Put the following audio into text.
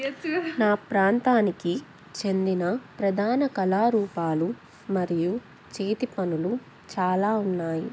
నా ప్రాంతానికి చెందిన ప్రధాన కళారూపాలు మరియు చేతి పనులు చాలా ఉన్నాయి